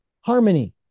Harmony